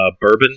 bourbon